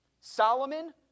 Solomon